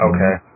Okay